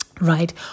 Right